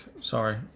Sorry